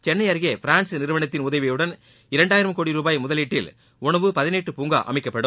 சென்னை அருகே பிரான்ஸ் நிறுவனத்தின் உதவியுடன் இரண்டாயிரம் கோடி ரூபாய் முதலீட்டில் உணவு பதனீட்டுப் பூங்கா அமைக்கப்படும்